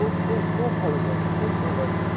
খুব খুব খুব ভালো কোয়ালিটির খুব ভালো একদম